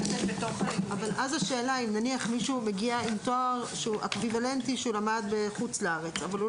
אבל אם מישהו מגיע עם תואר אקוויוולנטי שהוא למד בחו"ל אבל לא